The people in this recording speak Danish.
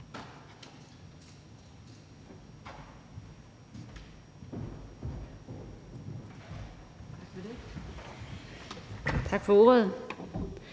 Tak for ordet.